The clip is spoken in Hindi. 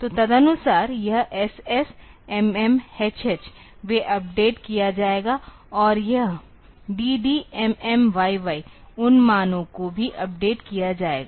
तो तदनुसार यह ss mm hh वे अपडेट किया जाएगा और यह dd mm yy उन मानों को भी अपडेट किया जाएगा